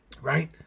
right